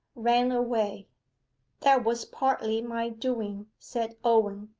ran away that was partly my doing said owen.